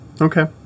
Okay